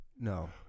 No